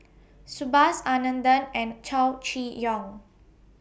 Subhas Anandan and Chow Chee Yong